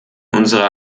unsere